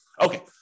Okay